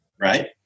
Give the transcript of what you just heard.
right